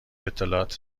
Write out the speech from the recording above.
اطلاعات